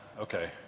okay